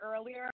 earlier